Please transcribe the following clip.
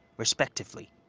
respectively.